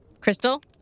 Crystal